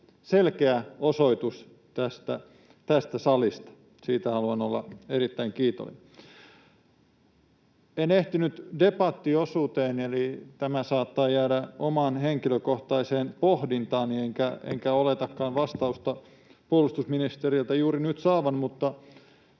selkeä osoitus. Siitä haluan olla erittäin kiitollinen. En ehtinyt debattiosuuteen, eli tämä saattaa jäädä omaan henkilökohtaiseen pohdintaani, enkä oletakaan vastausta puolustusministeriltä juuri nyt saavani, mutta